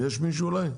יש מישהו אולי?